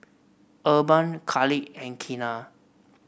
Urban Khalid and Keanna